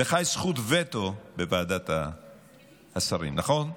לך יש זכות וטו בוועדת השרים, נכון?